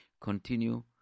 continue